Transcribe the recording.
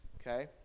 Okay